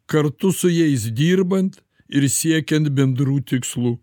kartu su jais dirbant ir siekiant bendrų tikslų